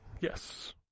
yes